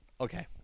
Okay